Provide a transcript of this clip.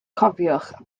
cofiwch